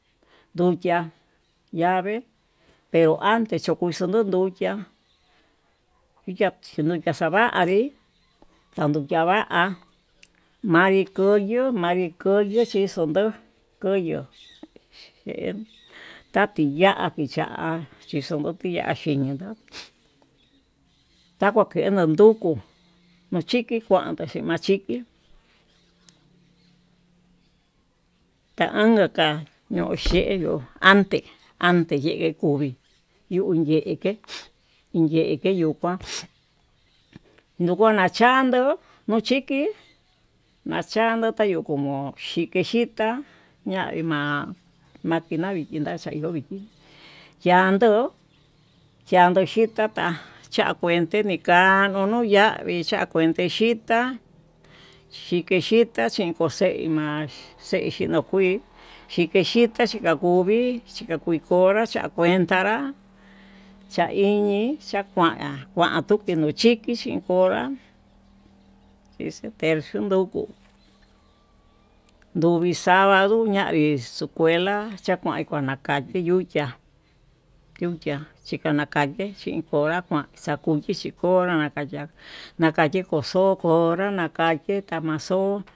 Ndukia yave pero ante xakondio nio nduchiá, ya'a xiño kaxavanrí kondukia va'a manri koyo manrí koyo chinxondó koyo he tatiya chiya'á, chixondo tiya'a xikindó takuakendo nduku nochiti kuando xhin machiki tanaka ka'a ñio xheyó ante ante yegue kuvii yu'u yeke, yeke yuu kuan nduku nachando nuu chiki machando tayoko mo'o xhii kexhita ñamii ma'a makina xhintá chayovi kin, yando yando xhita tá chakuente nikanu nuu yavii chakuente xhita xhike xhitá xhín koxeima xheí xhinokui xhike xhitá xhiakuvii, kuikonra chakuentanra chaiñii chakuan chakuancheke no'o chikixi konra chin xii tercio nruku nduvii savado ñanri escuela chakuan ko'o nakachi yuchiá, yukia chikanakaken chín konra kuan xakuyi chi konrá kaya nakaye nokoxo nakaye ma'axo.